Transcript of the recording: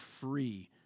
free